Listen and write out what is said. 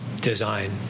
design